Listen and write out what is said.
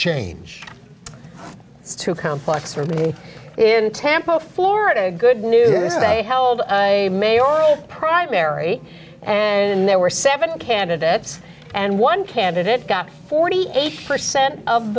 it's too complex for me in tampa florida good news they held a may or primary and there were seven candidates and one candidate got forty eight percent of